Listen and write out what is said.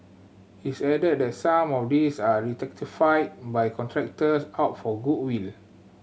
its added that some of these are rectified by contractors out of goodwill